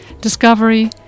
Discovery